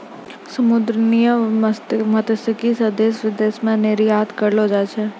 समुन्द्री मत्स्यिकी से देश विदेश मे निरयात करलो जाय छै